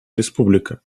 республика